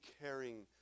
caring